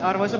arvoisa